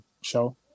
show